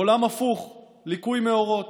עולם הפוך, ליקוי מאורות.